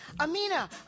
Amina